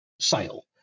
sale